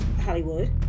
Hollywood